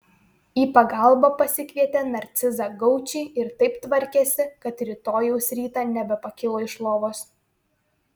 į pagalbą pasikvietė narcizą gaučį ir taip tvarkėsi kad rytojaus rytą nebepakilo iš lovos